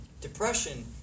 depression